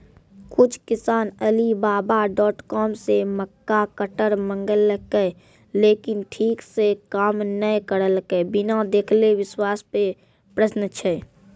कुछ किसान Alibaba dot com से मक्का कटर मंगेलके लेकिन ठीक से काम नेय करलके, बिना देखले विश्वास पे प्रश्न छै?